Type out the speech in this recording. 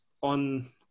on